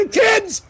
kids